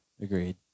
Agreed